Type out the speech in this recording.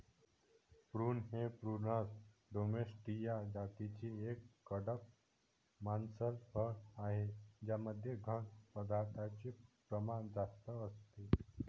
prune हे Prunus domestica जातीचे एक कडक मांसल फळ आहे ज्यामध्ये घन पदार्थांचे प्रमाण जास्त असते